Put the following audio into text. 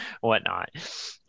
whatnot